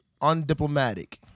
undiplomatic